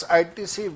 itc